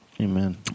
Amen